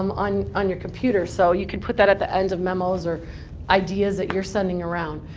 um on on your computer. so you can put that at the end of memos or ideas that you're sending around.